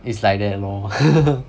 it's like that lor